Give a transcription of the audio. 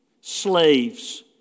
Slaves